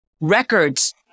records